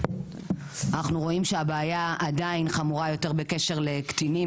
אנחנו רואים שהבעיה עדיין חמורה יותר בקשר לקטינים.